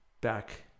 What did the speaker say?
back